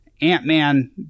Ant-Man